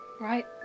Right